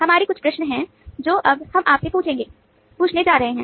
हमारे कुछ प्रश्न हैं जो अब हम आपसे पूछने जा रहे हैं